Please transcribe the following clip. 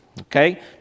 Okay